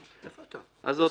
בסדר.